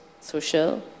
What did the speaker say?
social